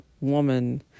woman